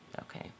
Okay